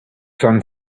son